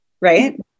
right